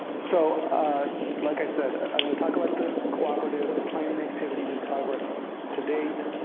so like i said, i'm going to talk about the cooperative, the planning activities and progress to date,